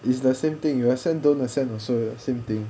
it's the same thing you ascend don't ascend also same thing